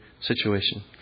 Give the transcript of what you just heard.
situation